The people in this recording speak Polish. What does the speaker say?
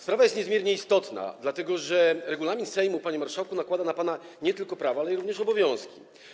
Sprawa jest niezmiernie istotna, dlatego że regulamin Sejmu, panie marszałku, nakłada na pana nie tylko prawa, ale także obowiązki.